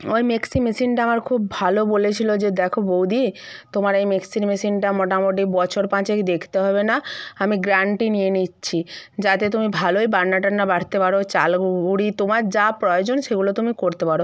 ওই মিক্সি মেশিনটা আমার খুব ভালো বলেছিলো যে দেখো বৌদি তোমার এই মেক্সির মেশিনটা মোটামোটি বছর পাঁচেক দেখতে হবে না আমি গ্রান্টি নিয়ে নিচ্ছি যাতে তুমি ভালোই বাটনা টাটনা বাটতে পারো চাল গুঁড়ি তোমার যা প্রয়োজন সেগুলো তুমি করতে পারো